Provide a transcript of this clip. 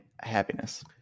happiness